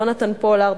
יונתן פולארד,